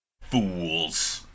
Fools